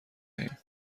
دهیم